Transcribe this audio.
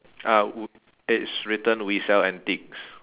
ah w~ it's written we sell antiques